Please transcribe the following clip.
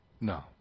no